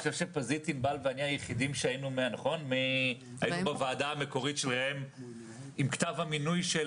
ענבל ואני היחידים שהיינו בוועדה המקורית של ראם עמינח עם כתב המינוי של